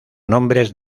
nombres